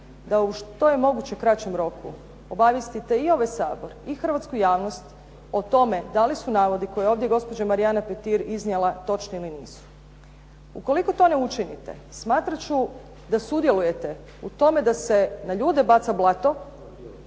da što je moguće u kraćem roku, obavijestite i ovaj Sabor i hrvatsku javnost o tome da li su navodi koje je ovdje gospođa Marijana Petir iznijela točne ili nisu. Ukoliko to ne učinite, smatrat ću da sudjelujete u tome da se na ljude baca blato